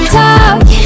talk